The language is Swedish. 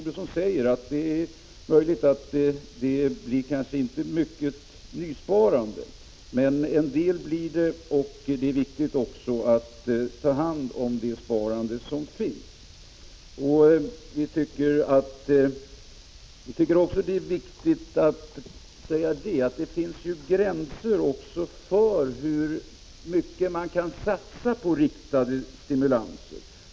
Det är möjligt att det som Lars Tobisson sade inte blir mycket nysparande, men en del blir det. Det finns emellertid gränser för hur mycket man kan satsa på riktade stimulanser.